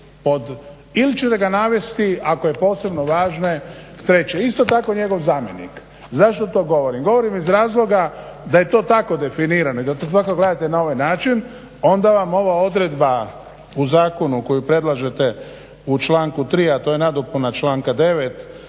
Ili ćete ga navesti ako je posebno važno. Treće, isto tako njegov zamjenik. Zašto to govorim? Govorim iz razloga da je to tako definirano i da to tako gledajte na ovaj način onda vam ova odredba u zakonu koji predlažete u članku 3 a to je nadopuna članka 9